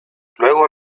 luego